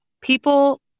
people